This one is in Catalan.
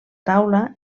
taula